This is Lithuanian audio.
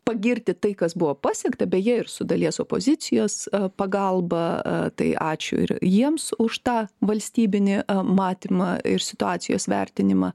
pagirti tai kas buvo pasiekta beje ir su dalies opozicijos pagalba tai ačiū ir jiems už tą valstybinį matymą ir situacijos vertinimą